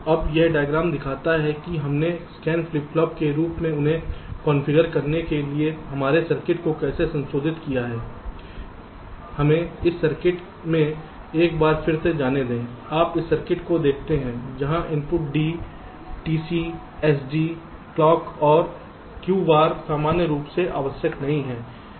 अब यह डायग्राम दिखाता है कि हमने स्कैन फ्लिप फ्लॉप के रूप में उन्हें कॉन्फ़िगर करने के लिए हमारे सर्किट को कैसे संशोधित किया है हमें इस सर्किट में एक बार फिर से जाने दें आप इस सर्किट को देखते हैं जहां input D TC SD clock और Q बार सामान्य रूप से आवश्यक नहीं हैं इसलिए केवल Q